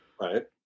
Right